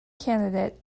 candidate